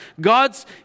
God's